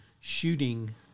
shooting